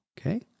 okay